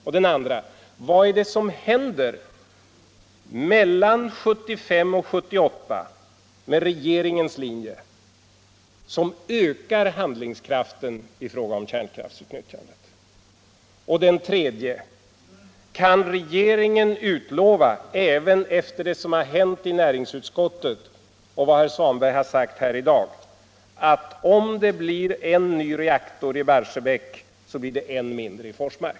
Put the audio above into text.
Den andra frågan är: Vad är det som händer mellan 1975 och 1978 med regeringens linje som ökar handlingskraften i fråga om kärnkraftsutnyttjandet? Den tredje frågan är: Kan regeringen utlova, även efter det som har hänt i näringsutskottet och efter vad herr Svanberg har sagt här i dag, att om det blir en ny reaktor i Barsebäck så blir det en mindre i Forsmark?